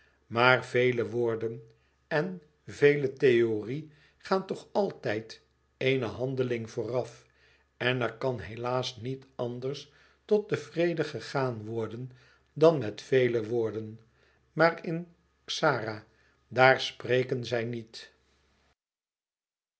maar vele woorden en vele theorie gaan toch altijd eene handeling vooraf en er kan helaas niet anders tot den vrede gegaan worden dan met vele woorden maar in xara daar spreken zij niet